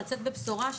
לצאת בבשורה,